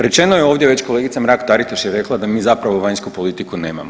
Rečeno je ovdje već, kolegica Mrak Taritaš je rekla da mi zapravo vanjsku politiku nemamo.